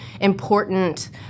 important